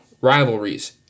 rivalries